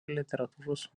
literatūros